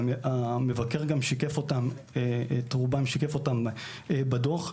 והמבקר שיקף את רובן בדוח שלו.